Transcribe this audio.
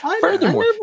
Furthermore